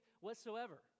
whatsoever